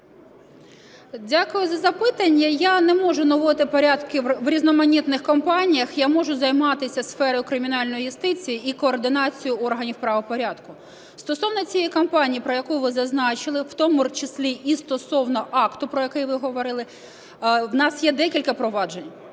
Дякую за запитання. Я не можу наводити порядки в різноманітних компаніях. Я можу займатися сферою кримінальної юстиції і координацією органів правопорядку. Стосовно цієї компанії, про яку ви зазначили, в тому числі і стосовно акту, про який ви говорили, в нас є декілька проваджень.